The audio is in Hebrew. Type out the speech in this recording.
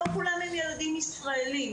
לא כולם ילדים ישראליים,